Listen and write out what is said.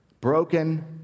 broken